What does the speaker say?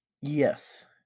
Yes